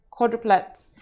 quadruplets